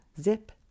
Zip